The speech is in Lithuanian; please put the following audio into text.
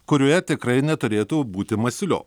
kurioje tikrai neturėtų būti masiulio